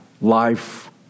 life